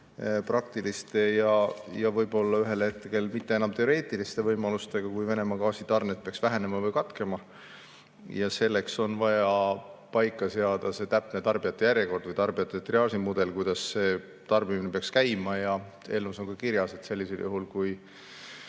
praktiliste ja võib-olla ühel hetkel mitte enam teoreetiliste võimalustega, kui Venemaa gaasitarned peaks vähenema või katkema. Selleks on vaja paika seada täpne tarbijate järjekord või tarbijate triaažimudel, kuidas see tarbimine peaks käima. Eelnõus on ka kirjas, et juhul kui